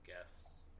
guests